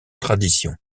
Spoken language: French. tradition